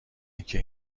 اینکه